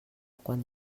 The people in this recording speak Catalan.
quan